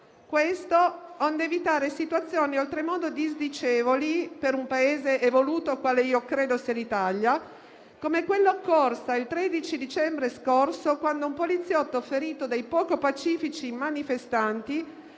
Questo onde evitare situazioni oltremodo disdicevoli per un Paese evoluto quale io credo sia l'Italia, come quella occorsa il 13 dicembre scorso, quando un poliziotto, ferito dai poco pacifici manifestanti,